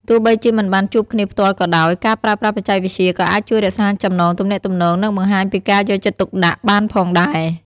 ទោះបីជាមិនបានជួបគ្នាផ្ទាល់ក៏ដោយ ការប្រើប្រាស់បច្ចេកវិទ្យាក៏អាចជួយរក្សាចំណងទំនាក់ទំនង និងបង្ហាញពីការយកចិត្តទុកដាក់បានផងដែរ។